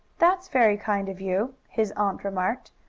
that's very kind of you, his aunt remarked.